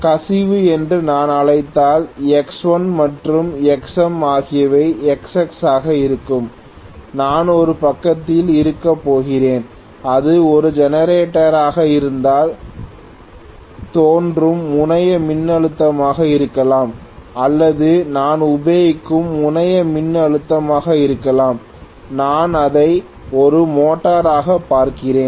கசிவு என்று நான் அழைத்தால் Xl மற்றும் Xm ஆகியவை Xs ஆக இருக்கும் நான் ஒரு பக்கத்தில் இருக்கப் போகிறேன் அது ஒரு ஜெனரேட்டராக இருந்தால் தோன்றும் முனைய மின்னழுத்தமாக இருக்கலாம் அல்லது நான் உபயோகிக்கும் முனைய மின்னழுத்தமாக இருக்கலாம் நான் அதை ஒரு மோட்டாராகப் பார்க்கிறேன்